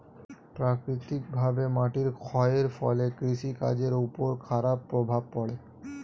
প্রাকৃতিকভাবে মাটির ক্ষয়ের ফলে কৃষি কাজের উপর খারাপ প্রভাব পড়ে